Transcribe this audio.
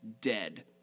dead